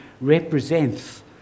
represents